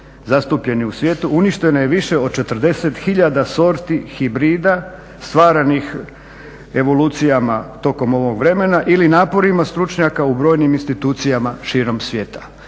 zastupljeni u svijetu, uništeno je više od 40 hiljada sorti hibrida stvaranih evolucijama tokom ovog vremena ili naporima stručnjaka u brojnim institucijama širom svijeta.